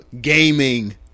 Gaming